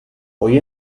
hoy